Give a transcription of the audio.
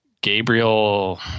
Gabriel